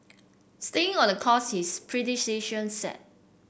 staying on the course his set